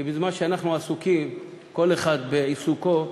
כי בזמן שאנחנו עסוקים כל אחד בעיסוקו,